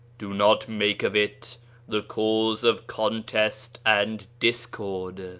do not make of it the cause of contest and discord.